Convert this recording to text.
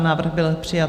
Návrh byl přijat.